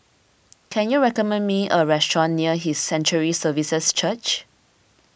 can you recommend me a restaurant near His Sanctuary Services Church